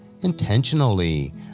intentionally